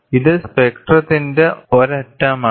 ഇത് സ്പെക്ട്രത്തിന്റെ ഒരറ്റമാണ്